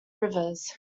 rivers